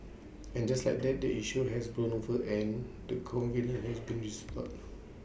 and just like that the issue has blown over and the covenant has been restored